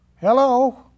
Hello